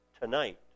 tonight